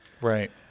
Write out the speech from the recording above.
Right